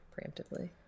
preemptively